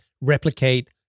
replicate